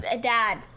Dad